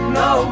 no